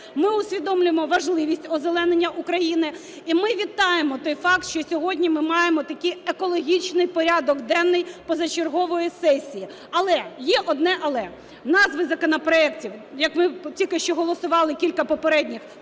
ми усвідомлюємо важливість озеленення України і ми вітаємо той факт, що сьогодні ми маємо такий екологічний порядок денний позачергової сесії. Але є одне "але", назви законопроектів, які ми тільки що голосували кілька попередніх,